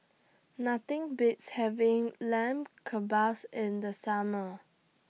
Nothing Beats having Lamb Kebabs in The Summer